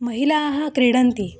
महिलाः क्रीडन्ति